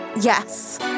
Yes